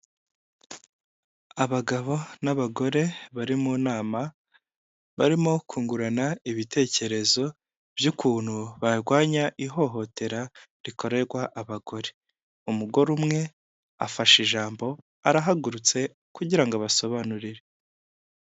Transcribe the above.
Abagabo n'abagore bari mu nama, barimo kungurana ibitekerezo by'ukuntu barwanya ihohotera rikorerwa abagore, umugore umwe afasha ijambo arahagurutse kugira ngo abasobanurire.